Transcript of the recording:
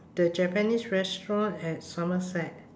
the japanese restaurant at somerset